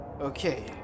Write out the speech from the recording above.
okay